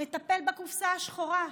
מטפל בקופסה השחורה,